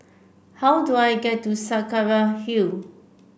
how do I get to Saraca Hill